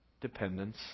dependence